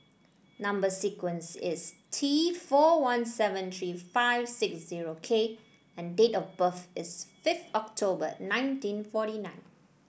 number sequence is T four one seven three five six zero K and date of birth is fifth October nineteen forty nine